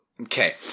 Okay